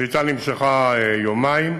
השביתה נמשכה יומיים,